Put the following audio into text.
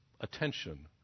attention